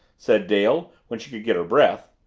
said dale when she could get her breath.